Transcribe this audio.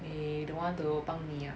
they don't want to 帮你 ah